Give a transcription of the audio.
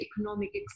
economic